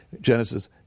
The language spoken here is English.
Genesis